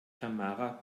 tamara